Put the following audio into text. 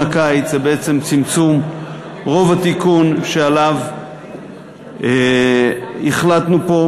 הקיץ היא בעצם צמצום רוב התיקון שעליו החלטנו פה.